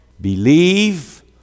believe